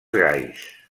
gais